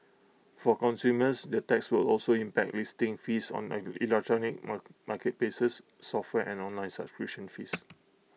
for consumers the tax will also impact listing fees on electronic mark marketplaces software and online subscription fees